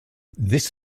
this